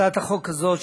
הצעת החוק הזאת,